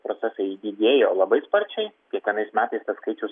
procesai didėjo labai sparčiai kiekvienais metais tas skaičius